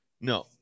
no